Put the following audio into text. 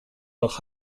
doch